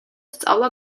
სწავლა